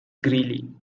greeley